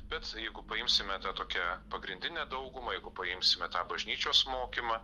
bet jeigu paimsime tą tokią pagrindinę daugumą jeigu paimsime tą bažnyčios mokymą